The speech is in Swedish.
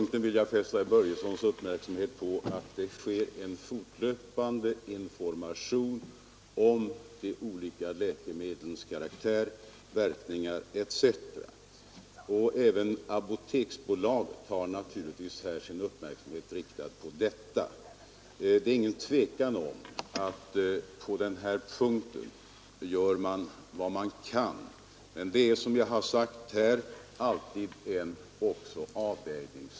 Herr talman! Jag vill fästa herr Börjessons uppmärksamhet på att det sker en fortlöpande information om de olika läkemedlens karaktär, verkningar etc. Även Apoteksbolaget har naturligtvis sin uppmärksamhet riktad på detta. Men som jag sagt är detta också en avvägningsfråga då det gäller användningen av vissa läkemedel, en många gånger svår fråga.